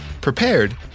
prepared